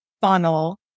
funnel